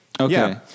okay